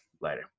later